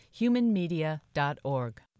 humanmedia.org